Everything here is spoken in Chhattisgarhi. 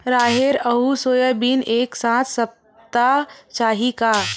राहेर अउ सोयाबीन एक साथ सप्ता चाही का?